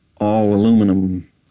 all-aluminum